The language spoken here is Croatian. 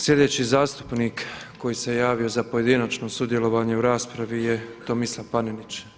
Sljedeći zastupnik koji se javio za pojedinačno sudjelovanje u raspravi je Tomislav Panenić.